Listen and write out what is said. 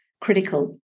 critical